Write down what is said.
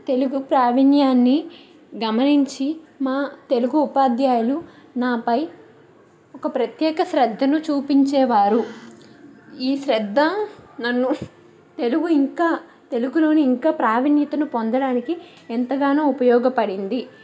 తెలుగు ప్రావీణ్యాన్ని గమనించి మా తెలుగు ఉపాధ్యాయులు నాపై ఒక ప్రత్యేక శ్రద్ధను చూపించేవారు ఈ శ్రద్ధ నన్ను తెలుగు ఇంకా తెలుగులోని ఇంకా ప్రావీణ్యతను పొందడానికి ఎంతగానో ఉపయోగపడింది